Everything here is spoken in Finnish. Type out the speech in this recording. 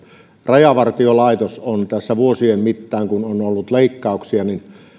rajavartiolaitos on tässä vuosien mittaan kun on ollut leikkauksia